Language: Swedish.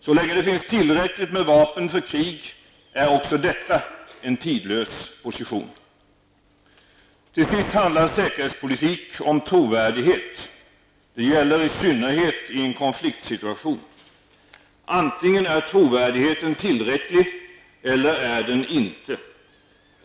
Så länge det finns tillräckligt med vapen för krig är också denna hållning en tidlös position. Till sist handlar särkerhetspolitik om trovärdighet. Det gäller i synnerhet i en konfliktsituation. Antingen är trovärdigheten tillräcklig eller inte.